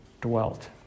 dwelt